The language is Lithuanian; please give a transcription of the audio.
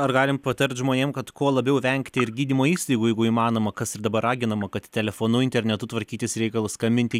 ar galim patart žmonėm kad kuo labiau vengti ir gydymo įstaigų jeigu įmanoma kas ir dabar raginama kad telefonu internetu tvarkytis reikalus skambinti